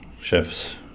chefs